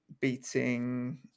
beating